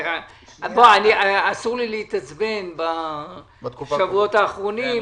אסור לי להתעצבן בשבועות האחרונים,